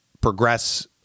progress